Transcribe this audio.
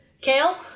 Kale